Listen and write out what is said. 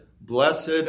blessed